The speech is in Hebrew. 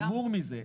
חמור מזה.